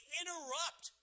interrupt